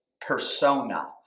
persona